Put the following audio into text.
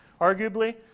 arguably